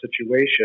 situation